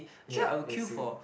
ya in Singapore